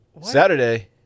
Saturday